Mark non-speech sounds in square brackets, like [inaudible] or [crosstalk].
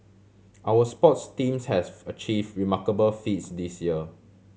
our sports teams has [unintelligible] achieve remarkable feats this year